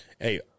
Hey